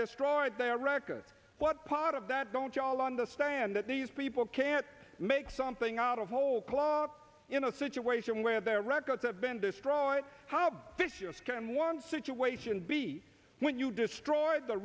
destroyed their record what part of that don't you all understand that these people can't make something out of whole cloth in a situation where their records have been destroyed how fish your skin one situation b when you destroyed the